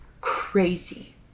crazy